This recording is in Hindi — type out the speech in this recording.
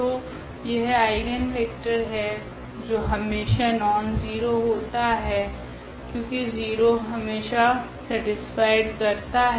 तो यह आइगनवेक्टर है जो हमेशा नॉनज़ीरो होता है क्योकि ज़ीरो हमेशा सेटीस्फाइड करता है